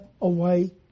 away